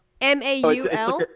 M-A-U-L